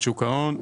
דעת.